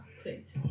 Please